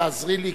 תעזרי לי,